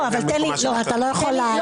אתה חושב שאנחנו כאן כדי להוכיח לך משהו?